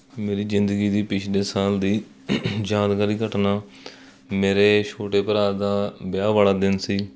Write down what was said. ਮੇਰੀ ਜ਼ਿੰਦਗੀ ਦੀ ਪਿਛਲੇ ਸਾਲ ਦੀ ਯਾਦਗਾਰੀ ਘਟਨਾ ਮੇਰੇ ਛੋਟੇ ਭਰਾ ਦਾ ਵਿਆਹ ਵਾਲਾ ਦਿਨ ਸੀ